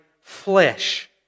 flesh